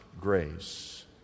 grace